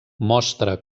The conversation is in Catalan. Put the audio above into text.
mostra